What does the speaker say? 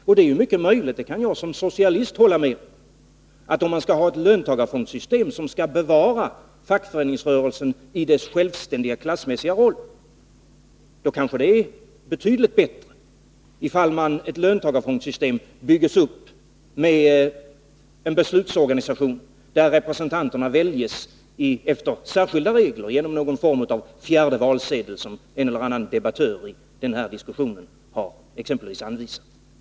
Och det är mycket möjligt — det kan jag som socialist hålla med om — att om man skall ha ett löntagarfondssystem som skall bevara fackföreningsrörelsen i dess självständiga klassmässiga roll, då kanske det är betydligt bättre ifall ett löntagarfondssystem byggs upp med en beslutsorganisation där representanterna väljs efter särskilda regler, exempelvis genom någon form av fjärde valsedel, som en och annan debattör i den här diskussionen har anvisat.